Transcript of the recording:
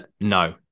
No